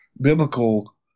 Biblical